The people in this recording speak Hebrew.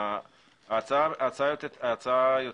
ההצעה יוצאת,